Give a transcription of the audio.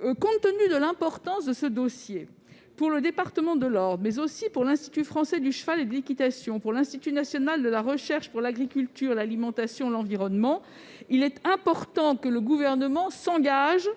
Compte tenu de l'importance de ce dossier pour le département de l'Orne, mais aussi pour l'Institut français du cheval et de l'équitation et pour l'Institut national de la recherche pour l'agriculture, l'alimentation et l'environnement, il est important que le Gouvernement s'engage